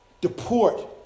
deport